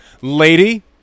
lady